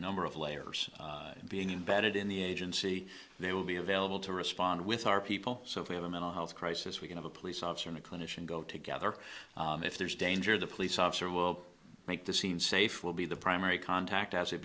number of layers of being imbedded in the agency they will be available to respond with our people so if we have a mental health crisis we can have a police officer and a clinician go together if there's danger the police officer will make the scene safe will be the primary contact as